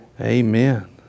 Amen